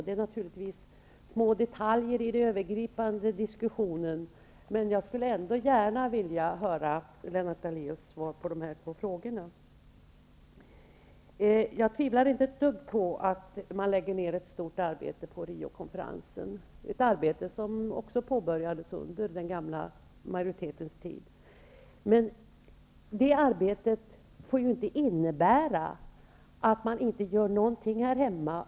De är naturligtvis små detaljer i den övergripande diskussionen, men jag skulle ändå vilja höra Lennart Daléus svar på de två frågorna. Jag tvivlar inte alls på att man lägger ner ett stort arbete på Rio-konferensen -- ett arbete som också påbörjades under den förra majoritetens tid -- men det arbetet får ju inte innebära att man inte gör någonting här hemma.